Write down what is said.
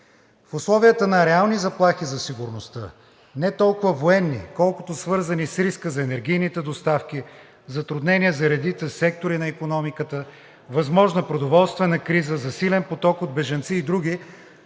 В условията на реални заплахи за сигурността – не толкова военни, колкото свързани с риска за енергийните доставки, затруднения за редица сектори на икономиката, възможна продоволствена криза, засилен поток от бежанци и други,